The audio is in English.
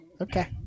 Okay